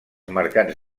mercats